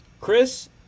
Chris